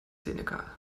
senegal